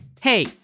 Hey